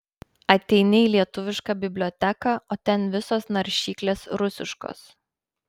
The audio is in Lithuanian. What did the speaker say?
ateini į lietuviška biblioteką o ten visos naršyklės rusiškos